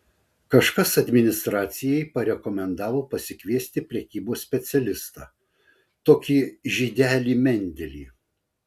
kažkas administracijai parekomendavo pasikviesti prekybos specialistą tokį žydelį mendelį